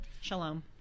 Shalom